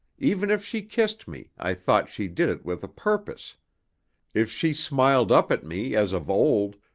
even if she kissed me, i thought she did it with a purpose if she smiled up at me as of old,